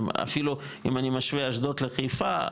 אפילו אם אני משווה אשדוד לחיפה,